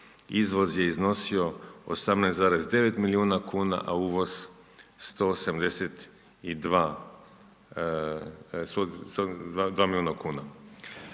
izvoz je iznosio 18,9 milijuna kuna, a uvoz 172 milijuna kuna.